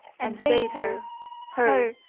and bade her her,